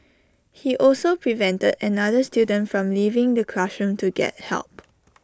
he also prevented another student from leaving the classroom to get help